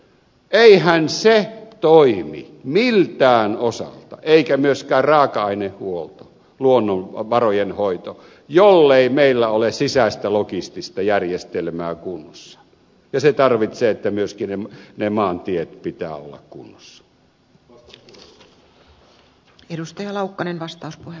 eihän se toimi miltään osalta eikä myöskään raaka ainehuolto luonnonvarojen hoito jollei meillä ole sisäistä logistista järjestelmää kunnossa ja se tarkoittaa että myöskin maanteiden pitää olla kunnossa